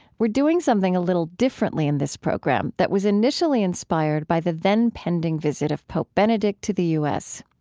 we're doing something a little differently in this program that was initially inspired by the then-pending visit of pope benedict to the u s.